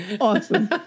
awesome